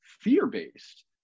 fear-based